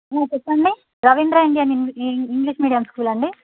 ఆ చెప్పండి Ravindra Indian young ఇంగ్లీ ఇంగ్లీష్ మీడియం స్కూలా అండి